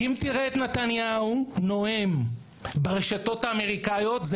אם תראה את נתניהו נואם ברשתות האמריקאיות,